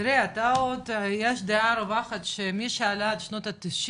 תראה אתה עוד יש דעה רווחת שמי שעלה עד שנות ה-90,